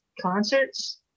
concerts